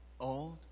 old